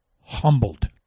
humbled